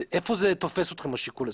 איפה זה תופס אתכם השיקול הזה?